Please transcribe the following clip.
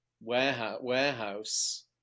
warehouse